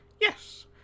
Yes